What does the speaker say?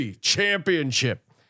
championship